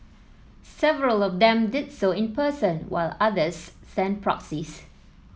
several of them did so in person while others sent proxies